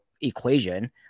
equation